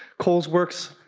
cole's works,